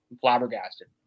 flabbergasted